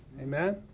Amen